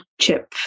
chip